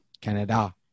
Canada